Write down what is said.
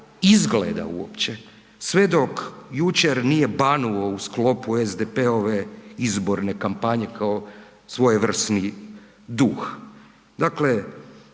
izgleda uopće, sve dok jučer nije banuo u sklopu SDP-ove izborne kampanje kao svojevrsni duh. Dakle,